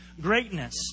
greatness